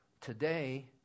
today